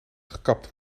gekapt